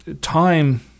time